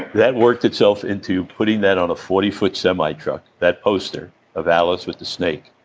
that worked itself into putting that on a forty foot semi-truck, that poster of alice with the snake.